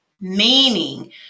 meaning